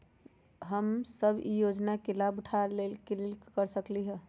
हम सब ई योजना के लाभ उठावे के लेल की कर सकलि ह?